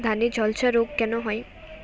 ধানে ঝলসা রোগ কেন হয়?